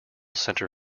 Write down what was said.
center